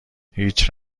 هیچ